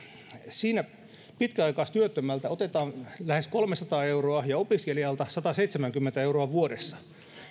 siinä pitkäaikaistyöttömältä otetaan lähes kolmesataa euroa ja opiskelijalta sataseitsemänkymmentä euroa vuodessa